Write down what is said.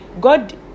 god